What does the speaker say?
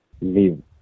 live